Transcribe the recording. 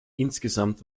insgesamt